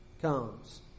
comes